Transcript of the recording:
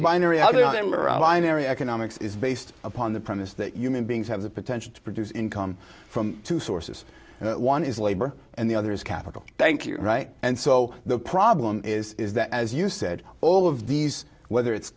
area economics is based upon the premise that human beings have the potential to produce income from two sources one is labor and the other is capital thank you and so the problem is is that as you said all of these whether it's